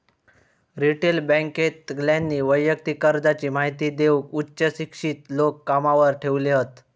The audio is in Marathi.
रिटेल बॅन्केतल्यानी वैयक्तिक कर्जाची महिती देऊक उच्च शिक्षित लोक कामावर ठेवले हत